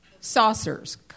saucers